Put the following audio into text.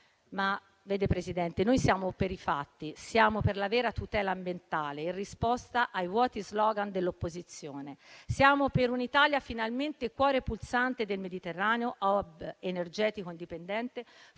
il punto è che noi siamo per i fatti. Siamo per la vera tutela ambientale, in risposta ai vuoti *slogan* dell'opposizione. Siamo per un'Italia finalmente cuore pulsante del Mediterraneo e *hub* energetico indipendente,